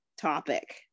topic